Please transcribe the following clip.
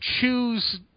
choose